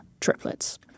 triplets